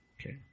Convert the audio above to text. Okay